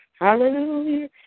Hallelujah